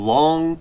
long